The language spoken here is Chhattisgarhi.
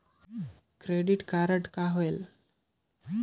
क्रेडिट कारड कौन होएल?